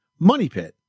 MONEYPIT